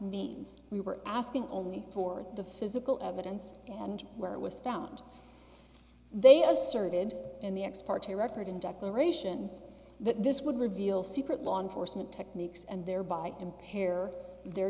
means we were asking only for the physical evidence and where it was found they are asserted in the ex parte record and declarations that this would reveal secret law enforcement techniques and thereby impair their